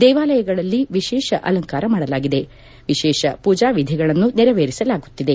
ದೇವಾಲಯಗಳಲ್ಲಿ ವಿಶೇಷ ಅಲಂಕಾರ ಮಾಡಲಾಗಿದೆ ವಿಶೇಷ ಪೂಜಾವಿಧಿಗಳನ್ನು ನೆರವೇರಿಸಲಾಗುತ್ತಿದೆ